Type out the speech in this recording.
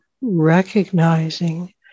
recognizing